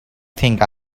think